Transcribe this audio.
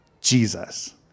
Jesus